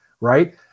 Right